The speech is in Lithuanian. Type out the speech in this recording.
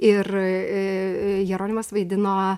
ir eee jeronimas vaidino